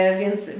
więc